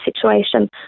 situation